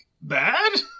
bad